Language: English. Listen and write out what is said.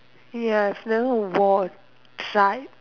ya I've never won try